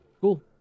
Cool